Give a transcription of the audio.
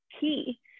key